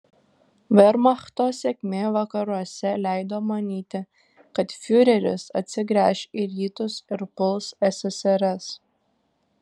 vermachto sėkmė vakaruose leido manyti kad fiureris atsigręš į rytus ir puls ssrs